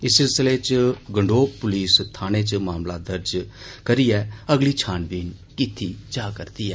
इस सिलसिले च गंढोह पुलिस थाने च मामला दर्ज करिये अगली छानबीन कीती जारदी ऐ